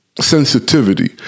sensitivity